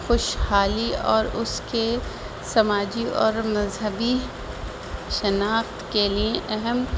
خوشحالی اور اس کے سماجی اور مذہبی شناخت کے لیے اہم